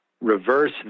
reverse